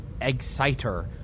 exciter